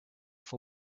for